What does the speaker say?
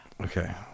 Okay